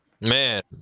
Man